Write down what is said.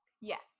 Yes